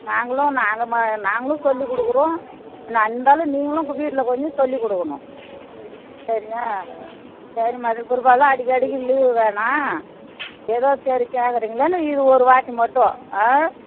நாங்களும் நாங்கள் நாங்களும் சொல்லிக் கொடுக்கறோம் என்னா இருந்தாலும் நீங்களும் வீட்டில் கொஞ்சம் சொல்லிக் கொடுக்கணும் சரியா சரிம்மா இதுக்கு பிற்பாடுலாம் அடிக்கடிக்கு லீவு வேணாம் ஏதோ சரி கேட்கறீங்களேன்னு இது ஒரு வாட்டி மட்டும் ஆ